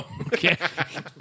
Okay